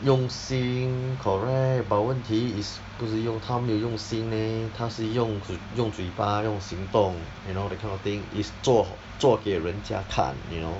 用心 correct but 问题 is 不是用她没有用心 leh 她是用嘴用嘴巴用行动 you know that kind of thing it's 做做给人家看 you know